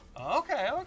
Okay